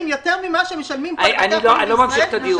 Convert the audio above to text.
יותר ממה שמשלמים --- אני לא ממשיך את הדיון.